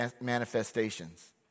manifestations